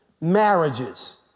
marriages